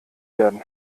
werden